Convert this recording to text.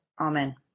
Amen